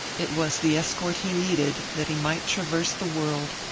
it was the escort he needed that he might traverse the world,